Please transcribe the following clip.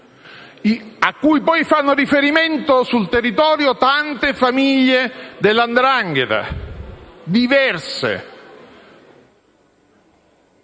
a cui poi fanno riferimento sul territorio tante famiglie della 'ndrangheta, diverse,